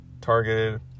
targeted